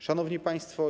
Szanowni Państwo!